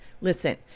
listen